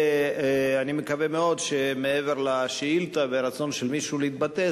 ואני מקווה מאוד שמעבר לשאילתא ורצון של מישהו להתבטא,